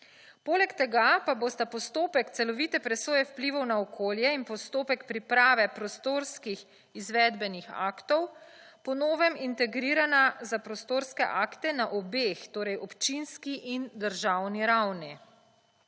Poleg tega pa bosta postopek celovite presoje vplivov na okolje in postopek priprave prostorskih izvedbenih aktov po novem integrirana za prostorske akte na obeh torej občinski in državni ravni.